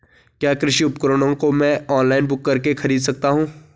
क्या कृषि उपकरणों को मैं ऑनलाइन बुक करके खरीद सकता हूँ?